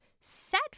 set